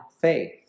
faith